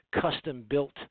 custom-built